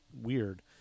weird